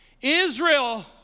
Israel